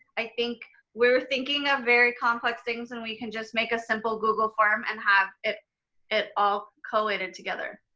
i think we're thinking of very complex things and we can just make a simple google form and have it it all collated together.